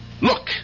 Look